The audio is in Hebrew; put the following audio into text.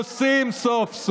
עושים סוף-סוף.